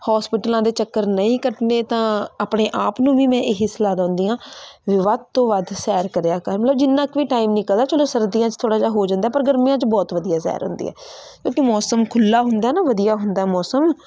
ਹੋਸਪਿਟਲਾਂ ਦੇ ਚੱਕਰ ਨਹੀਂ ਕੱਟਣੇ ਤਾਂ ਆਪਣੇ ਆਪ ਨੂੰ ਵੀ ਮੈਂ ਇਹ ਸਲਾਹ ਦਿੰਦੀ ਹਾਂ ਵੀ ਵੱਧ ਤੋਂ ਵੱਧ ਸੈਰ ਕਰਿਆ ਕਰ ਲਉ ਜਿੰਨਾ ਕੁ ਟਾਈਮ ਨਿਕਲਦਾ ਚਲੋ ਸਰਦੀਆਂ 'ਚ ਥੋੜ੍ਹਾ ਜਿਹਾ ਹੋ ਜਾਂਦਾ ਪਰ ਗਰਮੀਆਂ 'ਚ ਬਹੁਤ ਵਧੀਆ ਸੈਰ ਹੁੰਦੀ ਹੈ ਕਿਉਂਕਿ ਮੌਸਮ ਖੁੱਲ੍ਹਾ ਹੁੰਦਾ ਨਾ ਵਧੀਆ ਹੁੰਦਾ ਮੌਸਮ